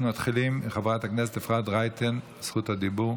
אנחנו עוברים לסעיף הבא,